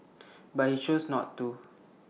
but he chose not to